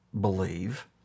believe